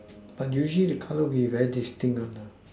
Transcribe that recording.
but usually the colour would be very distinct